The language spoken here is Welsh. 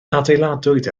adeiladwyd